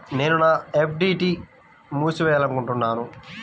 నేను నా ఎఫ్.డీ ని మూసివేయాలనుకుంటున్నాను